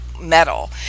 metal